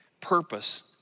purpose